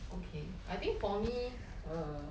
okay I think for me err